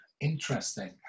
Interesting